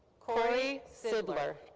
korrey sidler.